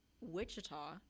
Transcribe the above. Wichita